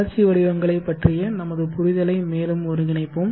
வளர்ச்சி வடிவங்களைப் பற்றிய நமது புரிதலை மேலும் ஒருங்கிணைப்போம்